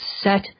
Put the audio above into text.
set